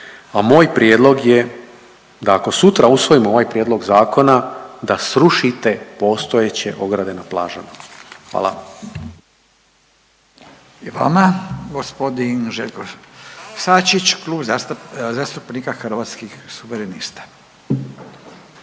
a moj prijedlog je da ako sutra usvojimo ovaj prijedlog zakona da srušite postojeće ograde na plažama. Hvala. **Radin, Furio (Nezavisni)** I vama. Gospodin Željko Sačić, Klub zastupnika Hrvatskih suverenista.